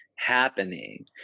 happening